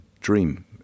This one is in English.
dream